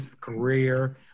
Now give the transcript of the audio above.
career